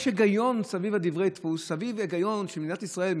יש היגיון סביב דברי דפוס במדינת ישראל,